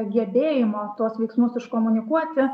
gebėjimo tuos veiksmus iškomunikuoti